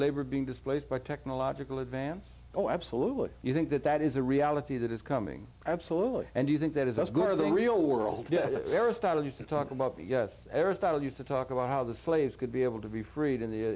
labor being displaced by technological advance oh absolutely you think that that is a reality that is coming absolutely and you think that is as good as the real world aristotle used to talk about that yes aristotle used to talk about how the slaves could be able to be freed in the